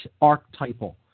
archetypal